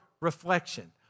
reflection